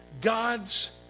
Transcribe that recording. God's